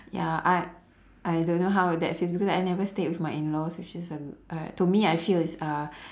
ya I I don't know how that feels because I never stayed with my in laws which is uh to me I feel is uh